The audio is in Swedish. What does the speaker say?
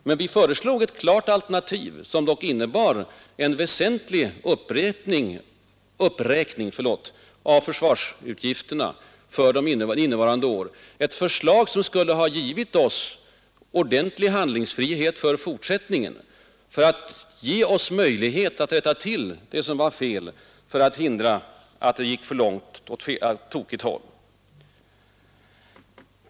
Vi redovisade i våras ett klart alternativ, som innebar en väsentlig uppräkning av försvarsutgifterna för innevarande år, ett förslag som skulle ha givit oss ordentlig handlingsfrihet för fortsättningen och möjlighet att rätta till det som var fel och att hindra att det går ännu längre åt tokigt håll.